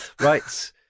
Right